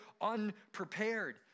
unprepared